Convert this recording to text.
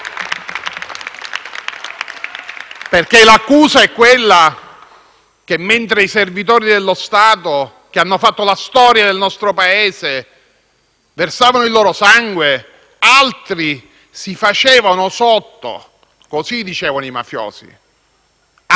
L'accusa è che, mentre i servitori dello Stato, che hanno fatto la storia del nostro Paese, versavano il loro sangue, altri "si facevano sotto" - così dicevano i mafiosi - e andavano a